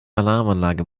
alarmanlage